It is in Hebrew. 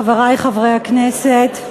חברי חברי הכנסת,